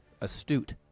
astute